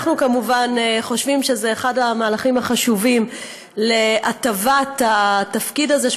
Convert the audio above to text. אנחנו כמובן חושבים שזה אחד המהלכים החשובים להטבת התפקיד הזה,